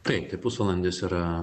taip tai pusvalandis yra